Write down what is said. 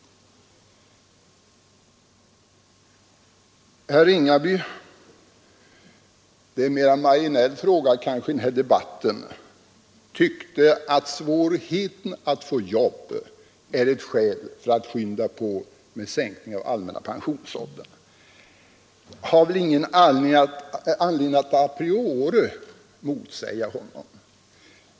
Herr Ringaby tyckte — fast det är kanske mera en marginell fråga i den här debatten — att svårigheten att få jobb är ett skäl för att skynda på med en sänkning av allmänna pensionsåldern. Jag har väl ingen anledning att a priori motsäga honom.